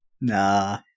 nah